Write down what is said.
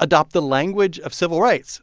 adopt the language of civil rights,